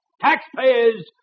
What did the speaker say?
Taxpayers